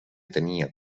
tenia